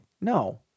No